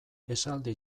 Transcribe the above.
esaldi